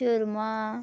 shawarma